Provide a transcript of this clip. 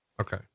Okay